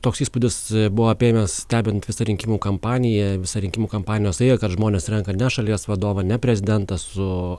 toks įspūdis buvo apėmęs stebint visą rinkimų kampaniją visą rinkimų kampanijos eigą kad žmonės renka ne šalies vadovą ne prezidentą su